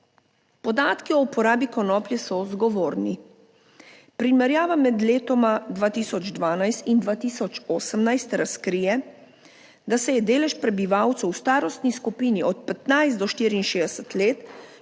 Podatki o uporabi konoplje so zgovorni, primerjava med letoma 2012 in 2018 razkrije, da se je delež prebivalcev v starostni skupini od 15 do 64 let,